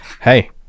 hey